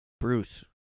Bruce